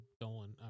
Dolan